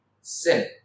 sin